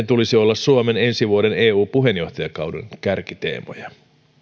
tulisi olla suomen ensi vuoden eu puheenjohtajakauden kärkiteemoja